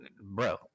Bro